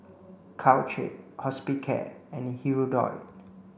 Caltrate Hospicare and Hirudoid